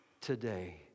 today